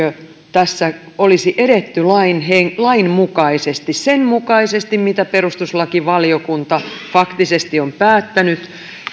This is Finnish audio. tässä olisi edetty lain mukaisesti sen mukaisesti mitä perustuslakivaliokunta faktisesti on päättänyt